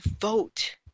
vote